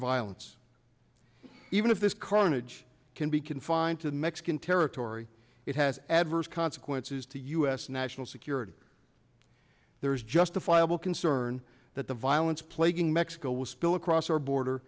violence even if this carnage can be confined to mexican territory it has adverse consequences to u s national security there is justifiable concern that the violence plaguing mexico will spill across our border